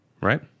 right